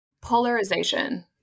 Polarization